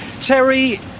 Terry